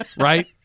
right